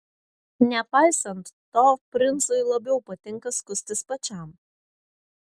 nepaisant to princui labiau patinka skustis pačiam